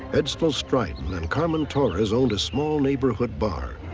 edstall striden and carmen torres owned a small neighborhood bar.